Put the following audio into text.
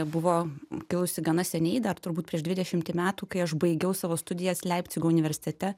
buvo kilusi gana seniai dar turbūt prieš dvidešimį metų kai aš baigiau savo studijas leipcigo universitete